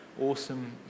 awesome